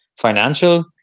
financial